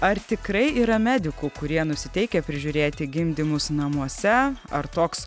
ar tikrai yra medikų kurie nusiteikę prižiūrėti gimdymus namuose ar toks